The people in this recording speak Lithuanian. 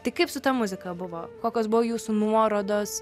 tai kaip su ta muzika buvo kokios buvo jūsų nuorodos